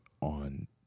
on